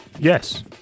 Yes